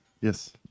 Yes